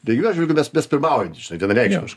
taigi jų atžvilgiu mes mes pirmaujantys žinai vienareikšmiškai